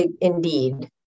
indeed